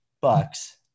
bucks